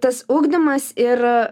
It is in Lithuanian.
tas ugdymas ir